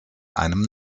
einem